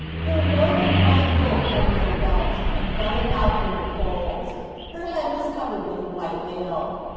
her robe of white wool, had no belt, and fell about her in folds her head was covered with a white veil.